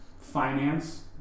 finance